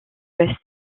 ouest